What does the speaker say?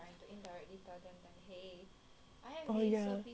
oh ya